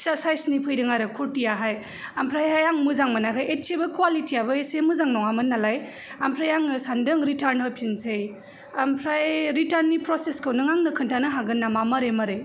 फिसा सायसनि फैदों आरो कुर्टियाहाय आमफ्रायहाय आं मोजां मोनाखै एदसेबो कुवालिटियाबो इसे मोजां नङा मोन नालाय आमफ्राय आङो सानदों रिटार्न होफिनसै आमफ्राय रिटार्ननि प्रसेसखौ नों आंनो खोनथानो हागोन नामा मारै मारै